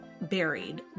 buried